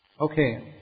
Okay